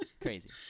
Crazy